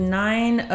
nine